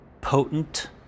potent